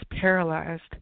paralyzed